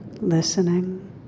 listening